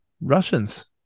Russians